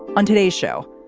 on today's show,